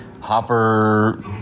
Hopper